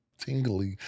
tingly